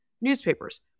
newspapers